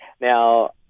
Now